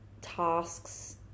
tasks